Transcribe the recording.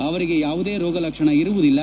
ಅವರಿಗೆ ಯಾವುದೇ ರೋಗ ಲಕ್ಷಣ ಇರುವುದಿಲ್ಲ